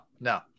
No